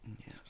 Yes